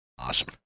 Awesome